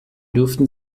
dürften